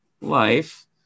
life